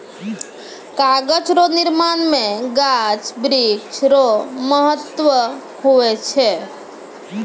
कागज रो निर्माण मे गाछ वृक्ष रो महत्ब हुवै छै